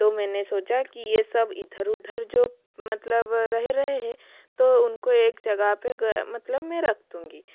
तो मैंने सोचा कि ये सब इधर उधर जो मतलब रह रहे हैं तो उनको एक जगह पे मतलब मैं रख दूँगी